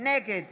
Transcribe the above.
נגד